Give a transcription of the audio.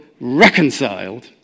reconciled